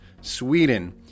Sweden